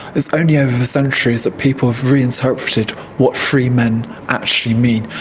it's only over the centuries that people have reinterpreted what free men actually mean.